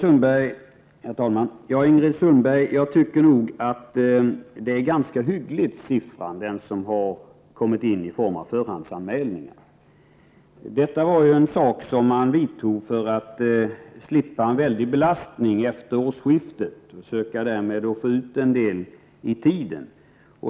Herr talman! Jag tycker nog, Ingrid Sundberg, att siffran på antalet förhandsanmälningar är ganska hygglig. Det handlar ju om en åtgärd som man vidtog för att slippa en mycket stor belastning efter årsskiftet. Man ville försöka sprida ut registreringen i tiden.